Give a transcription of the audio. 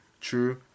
True